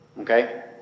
Okay